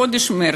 בחודש מרס,